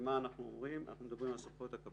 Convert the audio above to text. ומה אנחנו אומרים: אנחנו מדברים על סמכויות הקבינט,